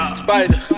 spider